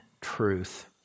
truth